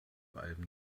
alben